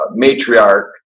matriarch